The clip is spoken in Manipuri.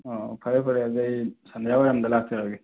ꯑꯣ ꯐꯔꯦ ꯐꯔꯦ ꯑꯗꯨꯗꯤ ꯑꯩ ꯁꯟꯗ꯭ꯌꯥ ꯋꯥꯏꯔꯝꯗ ꯂꯥꯛꯆꯔꯒꯦ